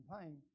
pain